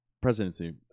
presidency